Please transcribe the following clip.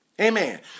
Amen